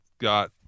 got